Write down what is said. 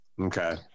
Okay